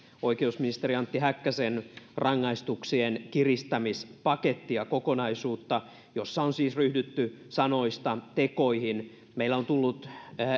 oikeusministeri antti häkkäsen rangaistuksien kiristämispakettia kokonaisuutta jossa on ryhdytty sanoista tekoihin meille on tullut